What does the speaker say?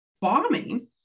bombing